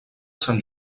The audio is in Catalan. sant